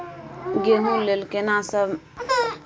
गेहूँ लेल केना समय सबसे उत्तम?